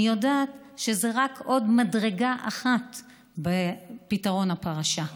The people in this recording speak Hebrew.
אני יודעת שזו רק עוד מדרגה אחת בפתרון הפרשה.